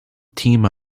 team